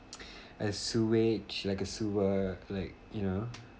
a sewage like a sewer like you know